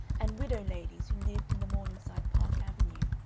and widow ladies who lived in the morningside park avenue,